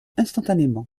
instantanément